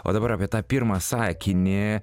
o dabar apie tą pirmą sakinį